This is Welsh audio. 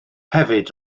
hefyd